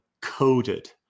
coded